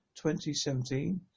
2017